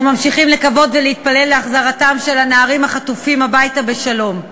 אנחנו ממשיכים לקוות ולהתפלל להחזרתם של הנערים החטופים הביתה בשלום.